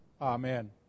amen